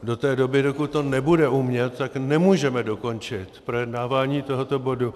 Do té doby, dokud to nebude umět, tak nemůžeme dokončit projednávání tohoto bodu.